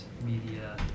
media